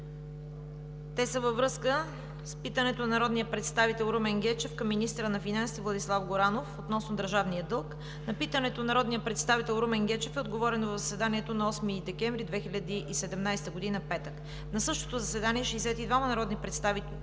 във връзка с питането на народния представител Румен Гечев към министъра на финансите Владислав Горанов относно държавния дълг. На питането на народния представител Румен Гечев е отговорено в заседанието на 8 декември 2017 г., петък. На същото заседание 62-ма народни представители